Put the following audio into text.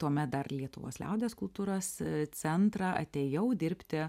tuomet dar į lietuvos liaudies kultūros centrą atėjau dirbti